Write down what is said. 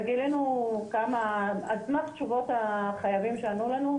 ועל סמך תשובות החייבים שענו לנו,